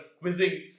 quizzing